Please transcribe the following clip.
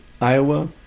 Iowa